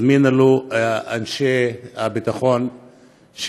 הזמינו לו אנשי ביטחון.